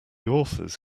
authors